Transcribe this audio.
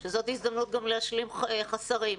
כאשר זאת הזדמנות להשלים חסרים.